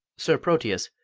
sir proteus,